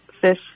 fish